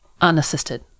unassisted